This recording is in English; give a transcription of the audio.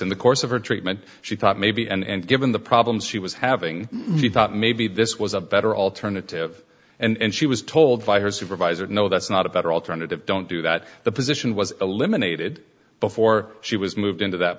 in the course of her treatment she thought maybe and given the problems she was having she thought maybe this was a better alternative and she was told by her supervisor no that's not a better alternative don't do that the position was eliminated before she was moved into that